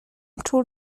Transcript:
tod